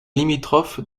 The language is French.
limitrophe